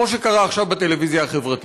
כמו שקרה עכשיו בטלוויזיה החברתית.